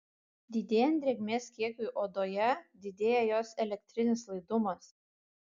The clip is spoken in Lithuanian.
didėjant drėgmės kiekiui odoje didėja jos elektrinis laidumas